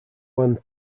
land